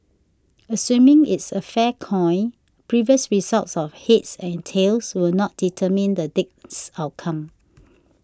assuming it's a fair coin previous results of heads and tails will not determine the next outcome